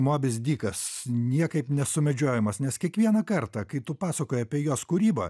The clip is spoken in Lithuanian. mobis dikas niekaip nesumedžiojamas nes kiekvieną kartą kai tu pasakoji apie jos kūrybą